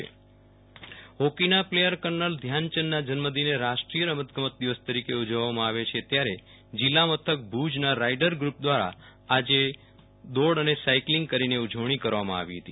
નેહલ ઠક્કર રાષ્ટ્રીય રમતગમત દિવસ કચ્છ હોકીના પ્લેયર કર્નર ધ્યાનચંદના જન્મદિને રાષ્ટ્રીય રમતગમત દિવસ તરીકે ઉજવવામાં આવે છે ત્યારે જીલ્લા મથક ભુજના રાઈડર ગ્રુપ દ્વારા આજે દોડ અને સાયકલીંગ કરીને ઉજવણી કરવામાં આવી હતી